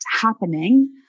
happening